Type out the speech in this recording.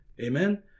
Amen